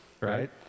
Right